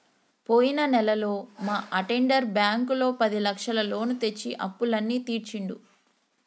పోయిన నెలలో మా అటెండర్ బ్యాంకులో పదిలక్షల లోను తెచ్చి అప్పులన్నీ తీర్చిండు